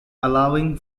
allowing